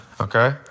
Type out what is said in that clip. okay